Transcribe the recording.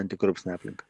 antikorupcinę aplinką